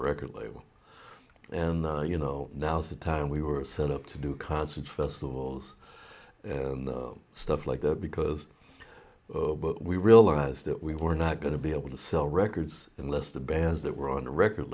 record label and you know now's the time we were set up to do concerts festivals and stuff like that because we realized that we were not going to be able to sell records unless the bands that were on the record